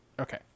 Okay